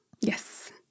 Yes